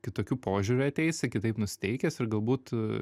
kitokiu požiūriu ateisi kitaip nusiteikęs ir galbūt